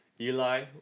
Eli